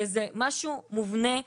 זה משהו מובנה בתוכנו,